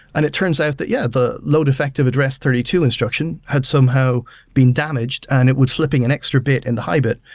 and it turns out that, yeah, the load effective address thirty two instruction had somehow been damaged on and it was flipping an extra bit in the high bit.